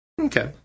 okay